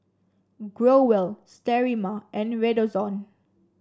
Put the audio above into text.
Growell Sterimar and Redoxon